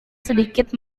sedikit